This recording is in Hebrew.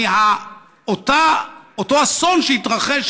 מאותו אסון שהתרחש,